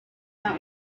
not